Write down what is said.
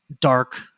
dark